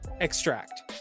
extract